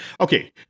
okay